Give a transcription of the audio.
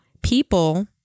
people